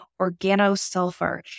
organosulfur